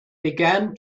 began